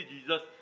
Jesus